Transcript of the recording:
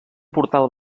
portal